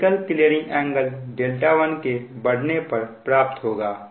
critical clearing angle δ1 के बढ़ने पर प्राप्त होगा